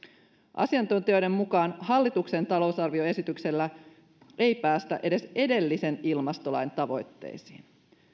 asiantuntijoiden mukaan hallituksen talousarvioesityksellä ei päästä edes edellisen ilmastolain tavoitteisiin